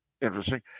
interesting